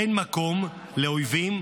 אין מקום לאויבים.